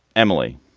emily.